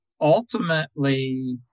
ultimately